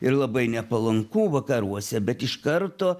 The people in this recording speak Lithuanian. ir labai nepalanku vakaruose bet iš karto